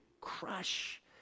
crush